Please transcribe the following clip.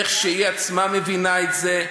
איך שהיא עצמה מבינה את זה.